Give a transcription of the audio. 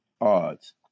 odds